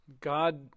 God